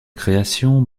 création